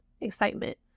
Excitement